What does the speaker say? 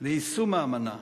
ליישום האמנה.